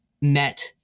met